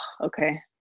Okay